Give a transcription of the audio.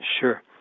Sure